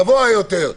גבוה יותר,